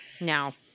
No